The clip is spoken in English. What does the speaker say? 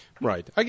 Right